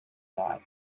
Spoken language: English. thought